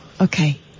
Okay